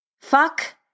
Fuck